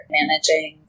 managing